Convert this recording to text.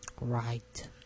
Right